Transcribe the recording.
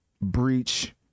breach